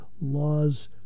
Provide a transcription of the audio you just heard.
laws